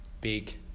Big